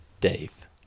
dave